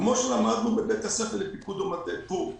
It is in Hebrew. כמו שלמדנו בבית הספר לפיקוד ומטה פו"מ.